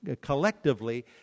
collectively